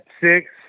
six